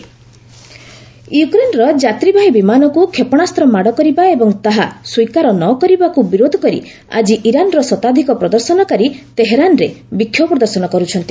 Iran crash protest ୟୁକ୍ରେନର ଯାତ୍ରୀବାହୀ ବିମାନକୁ କ୍ଷେପଣାସ୍ତ୍ର ମାଡ଼ କରିବା ଏବଂ ତାହା ସ୍ୱୀକାର ନ କରିବାକୁ ବିରୋଧ କରି ଆଜି ଇରାନର ଶତାଧିକ ପ୍ରଦର୍ଶନକାରୀ ତେହେରାନ୍ରେ ବିକ୍ଷୋଭ ପ୍ରଦର୍ଶନ କରୁଛନ୍ତି